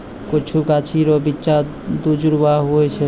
कुछु गाछी रो बिच्चा दुजुड़वा हुवै छै